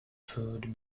food